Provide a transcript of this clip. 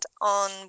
on